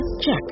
Check